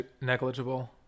negligible